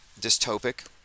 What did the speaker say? dystopic